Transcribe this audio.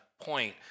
point